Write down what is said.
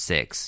Six